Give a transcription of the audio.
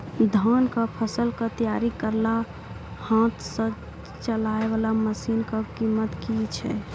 धान कऽ फसल कऽ तैयारी करेला हाथ सऽ चलाय वाला मसीन कऽ कीमत की छै?